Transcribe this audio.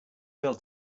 sell